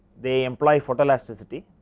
they employ photo elasticity